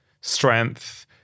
strength